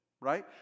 right